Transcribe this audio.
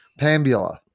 Pambula